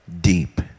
deep